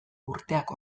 urteak